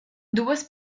duas